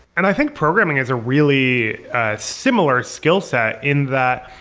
and i think programming is a really similar skill set in that,